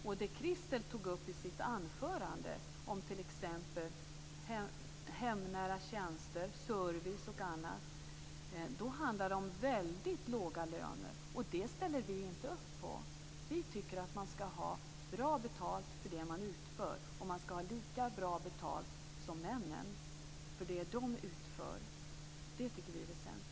Och på de områden Christel tog upp i sitt anförande om t.ex. hemnära tjänster, service och annat handlar det om väldigt låga löner, och det ställer vi inte upp på. Vi tycker att man skall ha bra betalt för det man utför, och kvinnorna skall ha lika bra betalt som männen för det de utför. Det tycker vi är väsentligt.